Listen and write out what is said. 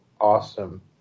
awesome